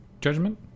judgment